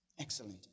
Excellent